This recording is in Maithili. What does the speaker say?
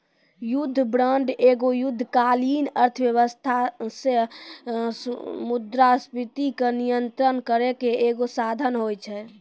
युद्ध बांड एगो युद्धकालीन अर्थव्यवस्था से मुद्रास्फीति के नियंत्रण करै के एगो साधन होय छै